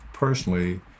personally